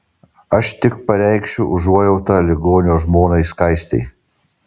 aš tik pareikšiu užuojautą ligonio žmonai skaistei